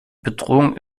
bedrohung